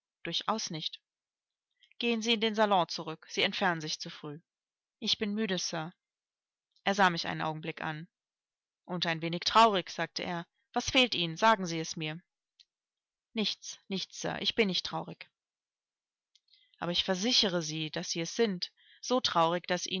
durchaus nicht gehen sie in den salon zurück sie entfernen sich zu früh ich bin müde sir er sah mich einen augenblick an und ein wenig traurig sagte er was fehlt ihnen sagen sie es mir nichts nichts sir ich bin nicht traurig aber ich versichere sie daß sie es sind so traurig daß